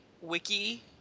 Wiki